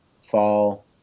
fall